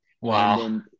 Wow